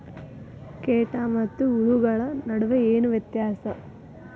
ಕೇಟ ಮತ್ತು ಹುಳುಗಳ ನಡುವೆ ಏನ್ ವ್ಯತ್ಯಾಸ?